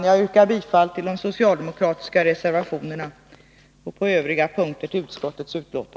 Jag yrkar bifall till de socialdemokratiska reservationerna.